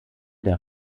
der